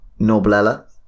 noblella